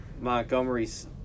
Montgomery's